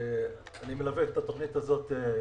אני מלווה את התוכנית הזאת מראשיתה.